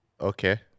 Okay